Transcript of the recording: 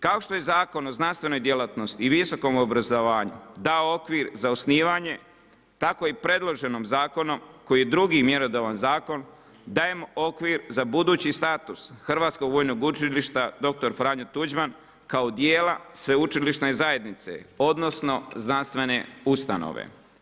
Kao što je Zakon o znanstvenoj djelatnosti i visokom obrazovanju dao okvir za osnivanje, tako je i u predloženim zakonu koji je drugim mjerodavni zakon, dajem okvir, za budući status Hrvatskog vojnog učilišta dr.Franjo Tuđman kao dijela sveučilišne zajednice, odnosno, znanstvene ustanove.